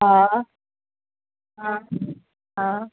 हा हा हा